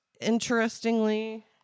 interestingly